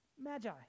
Magi